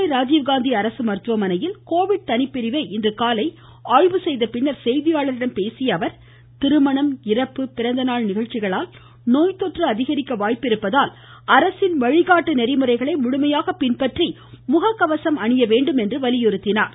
சென்னை ராஜீவ்காந்தி அரசு மருத்துவமனையில் கோவிட் தனிப்பிரிவை இன்றுகாலை ஆய்வு செய்தபின் செய்தியாளர்களிடம் பேசிய அவர் திருமணம் இறப்பு பிறந்தநாள் நிகழ்ச்சிகளால் நோய்த்தொற்று அதிகரிக்க வாய்ப்புள்ளதால் அரசின் வழிகாட்டு நெறிமுறைகளை முழமையாக பின்பற்றி முகக்கவசம் அணியவேண்டும் என்றும் வலியுறுத்தினார்